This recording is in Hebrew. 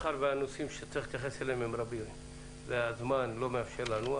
מאחר והנושאים שצריך להתייחס אליהם הם רבים והזמן לא מאפשר לנו,